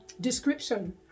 description